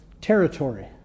territory